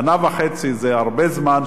שנה וחצי זה הרבה זמן.